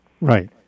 Right